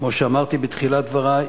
כמו שאמרתי בתחילת דברי,